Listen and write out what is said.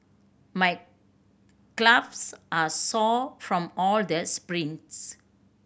my gloves are sore from all the sprints